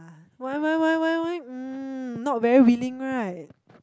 why why why why why um not very willing right